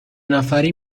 نفری